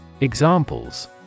Examples